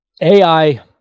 AI